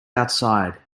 outside